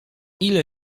ile